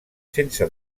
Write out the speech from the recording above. sense